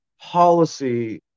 policy